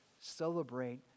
Celebrate